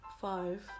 five